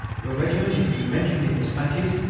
your regiment is to be mentioned in despatches,